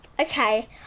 okay